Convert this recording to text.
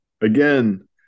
again